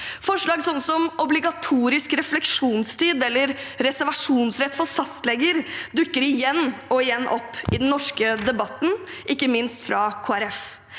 Forslag som obligatorisk refleksjonstid eller reservasjonsrett for fastleger dukker igjen og igjen opp i den norske debatten, ikke minst fra